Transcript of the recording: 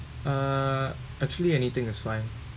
ah actually anything is fine